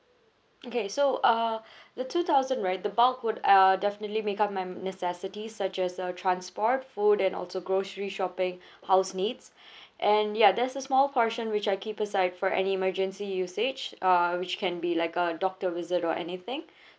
okay so uh the two thousand right the bulk would uh definitely make up my necessities such as a transport food and also grocery shopping house needs and ya there's a small portion which I keep aside for any emergency usage err which can be like a doctor visit or anything